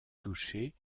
touchées